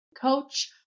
coach